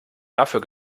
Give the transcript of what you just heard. dafür